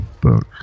book